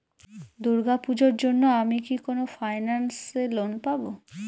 দূর্গা পূজোর জন্য আমি কি কোন ফাইন্যান্স এ লোন পাবো?